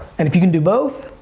and if you can do both,